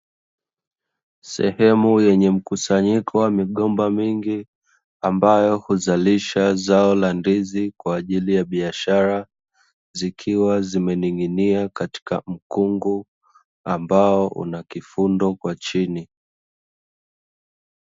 Sehemu yenye mkusanyiko wa migomba mingi, ambayo huzalisha zao la ndizi kwa ajili ya biashara, zikiwa zimening'inia katika mkungu ambao una kifundo kwa chini.